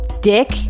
dick